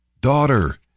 Daughter